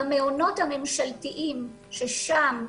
במעונות הממשלתיים, ששם,